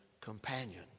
companion